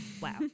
Wow